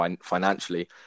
financially